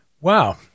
Wow